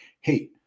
Hey